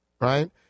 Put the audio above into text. right